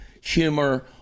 humor